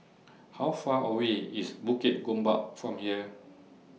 How Far away IS Bukit Gombak from here